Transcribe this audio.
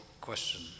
question